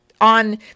on